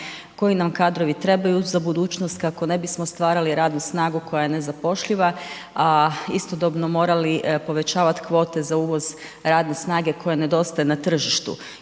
koji nam kadrovi trebaju za budućnost kako ne bismo stvarali radnu snagu koja je nezapošljiva a istodobno morali povećavati kvote za uvoz radne snage koja nedostaje na tržištu.